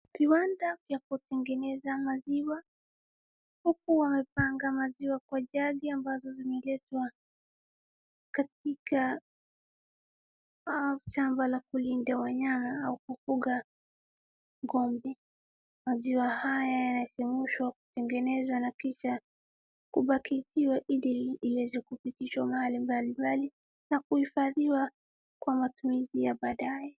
Viwanda vya kutengeneza maziwa huku wanapanga maziwa kwa jagi ambazo zimeletwa katika shamba la kulinda wanyama na kufuga ng'ombe. Maziwa haya yanachemshwa kutengenezwa na kisha kubakishiwa iweze kupitishwa mahali mbalimbali na kuhifadhiwa kwa matumizi ya baadae.